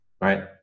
right